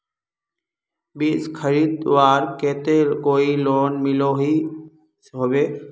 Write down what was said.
बीज खरीदवार केते कोई लोन मिलोहो होबे?